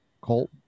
Colt